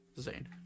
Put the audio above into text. Zane